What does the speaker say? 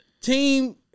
Team